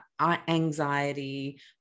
anxiety